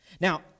Now